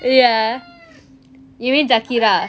ya you mean zakirah